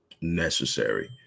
necessary